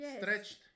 stretched